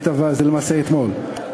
למעשה אתמול,